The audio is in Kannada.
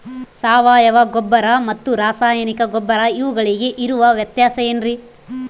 ಸಾವಯವ ಗೊಬ್ಬರ ಮತ್ತು ರಾಸಾಯನಿಕ ಗೊಬ್ಬರ ಇವುಗಳಿಗೆ ಇರುವ ವ್ಯತ್ಯಾಸ ಏನ್ರಿ?